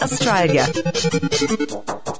Australia